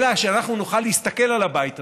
אלא שאנחנו נוכל להסתכל על הבית הזה,